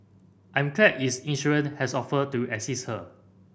I'm glad its insurer has offered to assist her